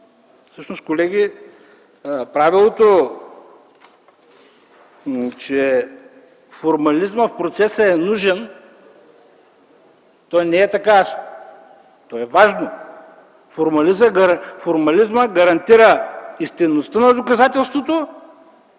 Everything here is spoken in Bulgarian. Всъщност, колеги, правилото, че формализмът в процеса е нужен, не е така. То е важно – формализмът гарантира истинността на доказателството